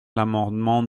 l’amendement